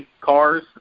cars